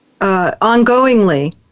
ongoingly